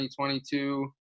2022